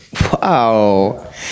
Wow